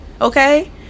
Okay